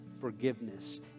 forgiveness